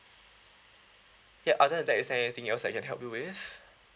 ya other than that is there anything else I can help you with